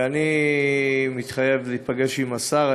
ואני מתחייב להיפגש עם השר.